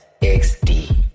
xd